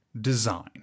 Design